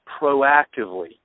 proactively